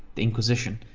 the inquisition.